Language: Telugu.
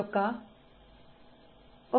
E0